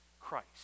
Christ